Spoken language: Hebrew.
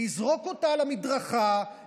לזרוק אותה על המדרכה,